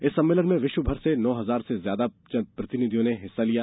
इस सम्मेलन में विश्वभर से नौ हजार से ज्यादा प्रतिनिधियों ने हिस्सा लिया